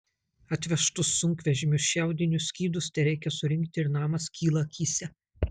atvežtus sunkvežimiu šiaudinius skydus tereikia surinkti ir namas kyla akyse